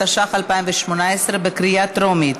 התשע"ח 2018, בקריאה טרומית.